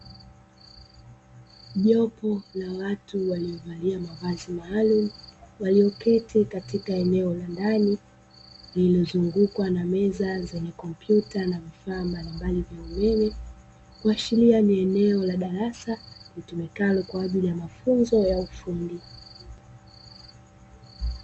Jopo la watu waliovalia mavazi maalumu walioketi katika eneo la ndani lililozungukwa na meza zenye kompyuta na vifaa mbalimbali vya umeme, kuashiria ni eneo la darasa litumikalo kwa ajili ya mafunzo ya ufundi.